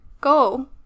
Go